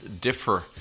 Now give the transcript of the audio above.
differ